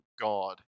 God